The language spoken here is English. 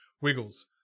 Wiggles